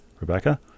Rebecca